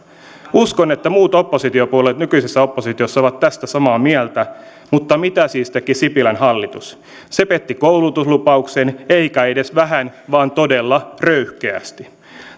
uskon että muut oppositiopuolueet nykyisessä oppositiossa ovat tästä samaa mieltä mutta mitä siis teki sipilän hallitus se petti koulutuslupauksen eikä edes vähän vaan todella röyhkeästi